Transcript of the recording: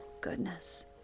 goodness